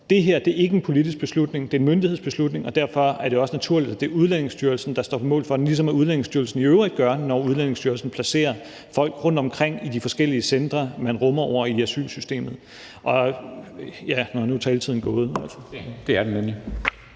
Det her er ikke en politisk beslutning. Det er en myndighedsbeslutning, og derfor er det også naturligt, at det er Udlændingestyrelsen, der står på mål for den, ligesom Udlændingestyrelsen i øvrigt gør, når Udlændingestyrelsen placerer folk rundtomkring i de forskellige centre, man rummer ovre i asylsystemet, og … Nå, nu er taletiden gået. Kl. 13:42 Formanden